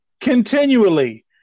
continually